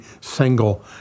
single